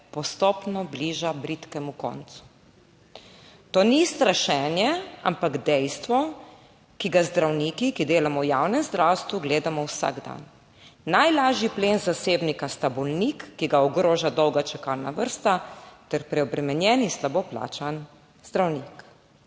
postopno bliža bridkemu koncu. To ni strašenje, ampak dejstvo, ki ga zdravniki, ki delamo v javnem zdravstvu, gledamo vsak dan. Najlažji plen zasebnika sta bolnik, ki ga ogroža dolga čakalna vrsta, ter preobremenjen in slabo plačan zdravnik.